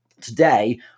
today